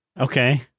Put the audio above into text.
Okay